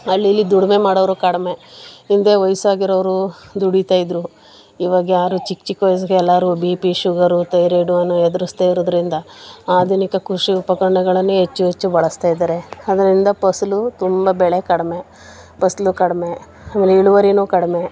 ಅಲ್ಲಿ ಇಲ್ಲಿ ದುಡಿಮೆ ಮಾಡೋವರು ಕಡಿಮೆ ಹಿಂದೆ ವಯಸ್ಸಾಗಿರೋವ್ರು ದುಡಿತಾ ಇದ್ದರು ಇವಾಗ ಯಾರೂ ಚಿಕ್ಕ ಚಿಕ್ಕ ವಯ್ಸಿಗೆ ಎಲ್ಲರೂ ಬಿ ಪಿ ಶುಗರು ತೈರಾಯ್ಡನ್ನು ಎದುರಿಸ್ತಾ ಇರೋದರಿಂದ ಆಧುನಿಕ ಕೃಷಿ ಉಪಕರಣಗಳನ್ನೇ ಹೆಚ್ಚು ಹೆಚ್ಚು ಬಳಸ್ತಾ ಇದ್ದಾರೆ ಅದರಿಂದ ಫಸಲು ತುಂಬ ಬೆಳೆ ಕಡಿಮೆ ಫಸಲು ಕಡಿಮೆ ಆಮೇಲೆ ಇಳುವರಿಯೂ ಕಡಿಮೆ